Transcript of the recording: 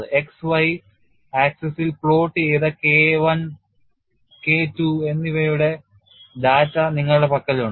x y അക്ഷത്തിൽ plot ചെയ്ത K I K II എന്നിവയുടെ ഡാറ്റ നിങ്ങളുടെ പക്കലുണ്ട്